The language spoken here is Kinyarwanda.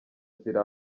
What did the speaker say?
ziri